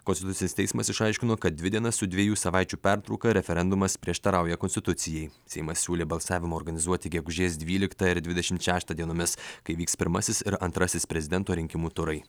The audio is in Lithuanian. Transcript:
konstitucinis teismas išaiškino kad dvi dienas su dviejų savaičių pertrauka referendumas prieštarauja konstitucijai seimas siūlė balsavimą organizuoti gegužės dvyliktą ir dvidešimt šeštą dienomis kai vyks pirmasis ir antrasis prezidento rinkimų turai